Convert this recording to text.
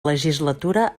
legislatura